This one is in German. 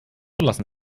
lassen